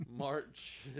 march